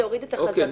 זה הוריד את החזקות.